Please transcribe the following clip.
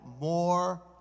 more